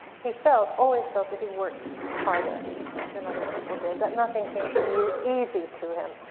he felt, always felt that he worked harder than other people did, that nothing came easy to him,